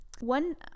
one